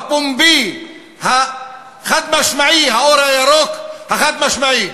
הפומבי, החד-משמעי, האור הירוק החד-משמעי,